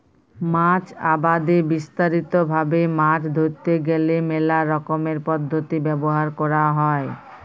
মাছ আবাদে বিস্তারিত ভাবে মাছ ধরতে গ্যালে মেলা রকমের পদ্ধতি ব্যবহার ক্যরা হ্যয়